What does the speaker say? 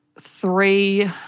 three